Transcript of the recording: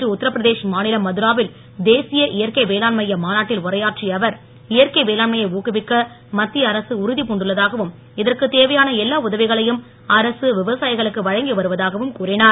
இன்று உத்தரபிரதேஷ் மாநிலம் மதுரா வில் தேசிய இயற்கை வேளாண் மைய மாநாட்டில் உரையாற்றிய அவர் இயற்கை வேளாண்மையை ஊக்குவிக்க மத்திய அரசு உறுதிப்புண்டுள்ளதாகவும் இதற்கு தேவையான எல்லா உதவிகளையும் அரசு விவசாயிகளுக்கு வழங்கி வருவதாகவும் கூறினார்